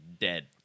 dead